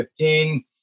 2015